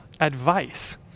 advice